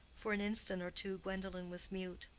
for an instant or two gwendolen was mute.